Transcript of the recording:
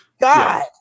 god